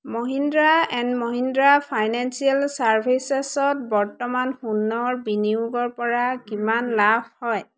Mahindra and Mahindra financial চাৰ্ভিচেছত বৰ্তমান সোণৰ বিনিয়োগৰ পৰা কিমান লাভ হয়